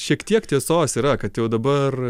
šiek tiek tiesos yra kad jau dabar